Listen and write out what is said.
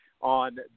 on